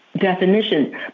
Definition